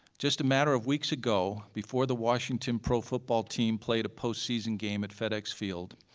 just a matter of weeks ago, before the washington pro football team played a post-season game at fed ex field,